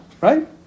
right